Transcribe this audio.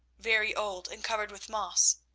very old and covered with moss.